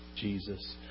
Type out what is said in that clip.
Jesus